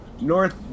North